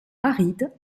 aride